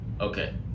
Okay